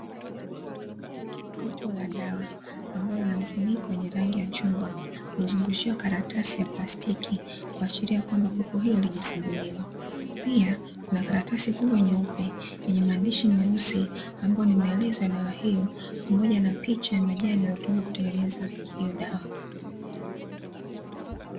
Kopo la dawa ambalo lina mfuniko wenye rangi ya chungwa, lililozungushiwa kataratasi ya plastiki kuashiria kuwa kopo hilo halijafunguliwa. Pia Kuna karatasi kubwa nyeupe nyenye maandishi meusi, ambayo ni maelezo ya dawa hiyo pamoja na picha ya majani, yaliyotumiwa kutengenezea hiyo dawa.